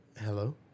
Hello